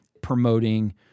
promoting